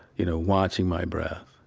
you know, watching my breath,